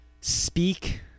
speak